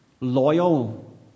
loyal